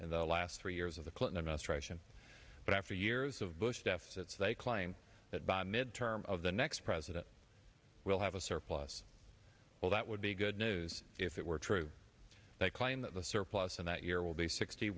in the last three years of the clinton administration but after years of bush deficits they claim that by mid term of the next president will have a surplus well that would be good news if it were true they claim that the surplus in that year will be sixty